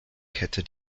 kette